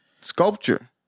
sculpture